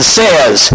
says